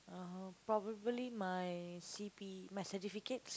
uh probably my C_P my certificates